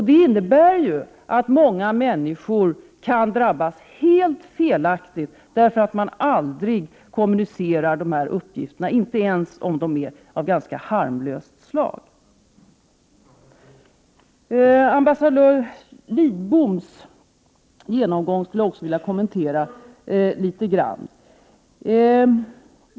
Det innebär att många människor kan drabbas helt felaktigt just därför att man aldrig kommunicerar dessa uppgifter — inte ens om de är av ganska harmlöst slag. Ambassadör Carl Lidboms genomgång skulle jag också vilja kommentera litet grand.